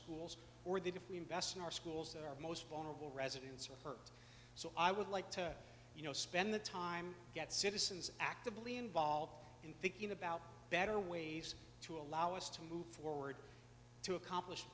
schools or that if we invest in our schools that are most vulnerable residents or so i would like to you know spend the time get citizens actively involved in thinking about better ways to allow us to move forward to accomplish